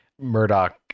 murdoch